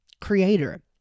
creator